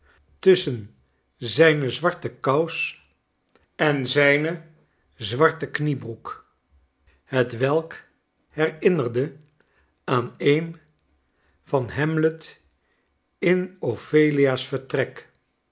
tusschen zijne zwartekous en zijne zwarte kniebroek hetwelk herinnerde aan een van hamlet in ophelia's vertrek